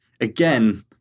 again